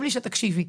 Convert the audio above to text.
שתקשיבי.